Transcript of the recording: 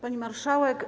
Pani Marszałek!